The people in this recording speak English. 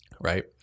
right